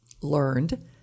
Learned